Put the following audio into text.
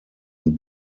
und